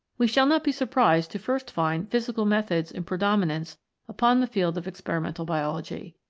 we shall not be surprised to first find physical methods in predominance upon the field of ex perimental biology.